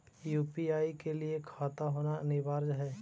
UPI के लिए खाता होना अनिवार्य है?